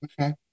Okay